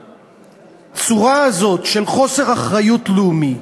הצורה הזאת של חוסר אחריות לאומית,